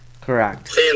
Correct